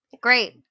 Great